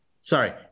sorry